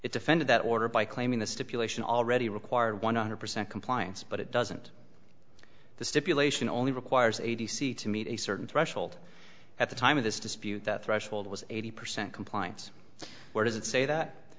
it defended that order by claiming the stipulation already require one hundred percent compliance but it doesn't the stipulation only requires a t c to meet a certain threshold at the time of this dispute the threshold was eighty percent compliance so where does it say that